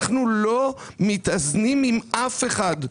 אנחנו לא מתאזנים עם אף אחד.